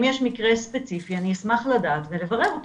אם יש מקרה ספציפי אני אשמח לדעת ולברר אותו.